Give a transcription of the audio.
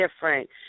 different